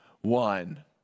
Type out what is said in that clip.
one